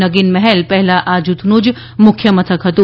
નગીન મહેલ પહેલા આ જૂથનું જ મુખ્યમથક હતું